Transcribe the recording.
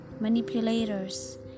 manipulators